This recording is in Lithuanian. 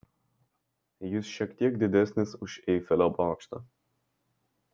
jis šiek tiek didesnis už eifelio bokštą